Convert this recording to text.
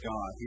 God